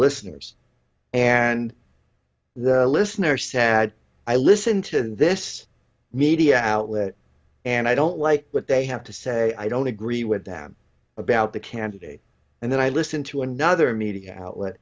listeners and the listener sad i listen to this media outlet and i don't like what they have to say i don't agree with them about the candidate and then i listen to another media outlet